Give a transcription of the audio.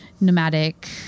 nomadic